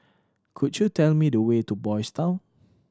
could you tell me the way to Boys' Town